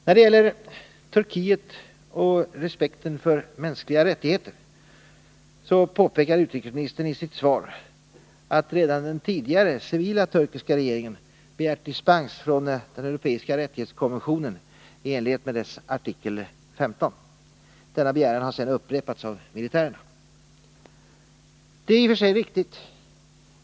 När det gäller Turkiet och respekten för mänskliga rättigheter påpekar utrikesministern i sitt svar att redan den tidigare civila turkiska regeringen begärt dispens från den europeiska rättighetskonventionen i enlighet med dess artikel 15. Denna begäran har sedan upprepats av militärerna. Det är i och för sig riktigt.